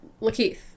Lakeith